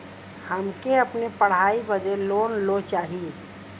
हमके अपने पढ़ाई बदे लोन लो चाही?